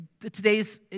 today's